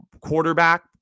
quarterback